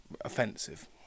offensive